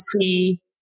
see